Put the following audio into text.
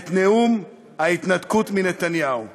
את נאום ההתנתקות מנתניהו.